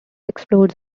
explodes